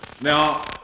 Now